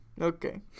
Okay